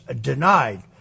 denied